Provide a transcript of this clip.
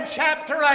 chapter